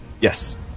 Yes